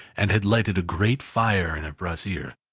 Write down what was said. and had lighted a great fire in a brazier,